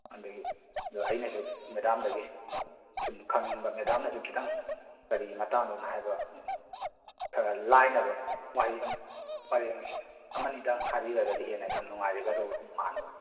ꯑꯗꯒꯤ ꯑꯗꯣ ꯑꯩꯅꯁꯨ ꯃꯦꯗꯥꯝꯗꯒꯤ ꯁꯨꯝ ꯈꯪꯅꯤꯡꯕ ꯃꯦꯗꯥꯝꯅꯁꯨ ꯈꯤꯇꯪ ꯑꯗꯨꯒꯤ ꯃꯇꯥꯡꯗ ꯍꯥꯏꯕ ꯈꯔ ꯂꯥꯏꯅꯕ ꯃꯥꯒꯤ ꯄꯔꯦꯡꯁꯤꯡ ꯑꯃꯅꯤꯗꯪ ꯍꯥꯏꯕꯤꯔꯒꯗꯤ ꯍꯦꯟꯅ ꯌꯥꯝ ꯅꯨꯡꯉꯥꯏꯖꯒꯗꯧꯕ ꯃꯥꯟꯕ